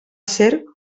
ser